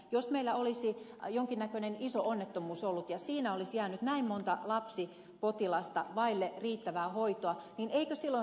jos meillä olisi ollut jonkinnäköinen iso onnettomuus ja siinä olisi jäänyt näin monta lapsipotilasta vaille riittävää hoitoa niin eikö silloin reagoitaisi